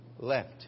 left